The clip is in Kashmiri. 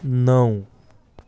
نَو